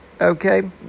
okay